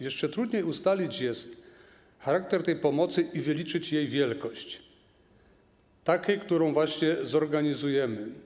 Jeszcze trudniej jest ustalić charakter tej pomocy i wyliczyć jej wielkość, takiej, którą właśnie zorganizujemy.